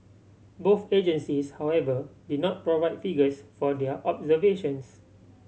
both agencies however did not provide figures for their observations